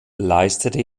leistete